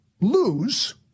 lose